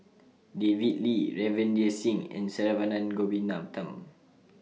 David Lee Ravinder Singh and Saravanan Gopinathan